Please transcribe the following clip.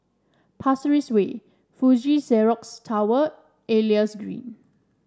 Pasir Ris Way Fuji Xerox Tower and Elias Green